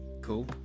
cool